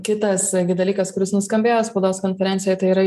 kitas dalykas kuris nuskambėjo spaudos konferencijoj tai yra